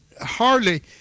hardly